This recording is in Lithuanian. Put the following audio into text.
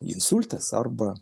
insultas arba